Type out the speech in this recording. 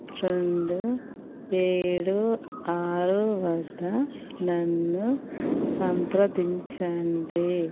రెండు ఏడు ఆరు వద్ద నన్ను సంప్రదించండి